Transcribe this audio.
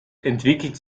entwickelt